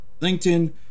LinkedIn